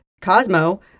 Cosmo